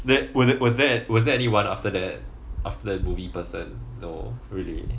that was there was there was there anyone after that after movie person though really